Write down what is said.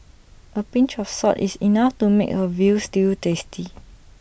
A pinch of salt is enough to make A Veal Stew tasty